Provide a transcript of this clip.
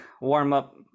warm-up